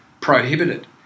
Prohibited